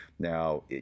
Now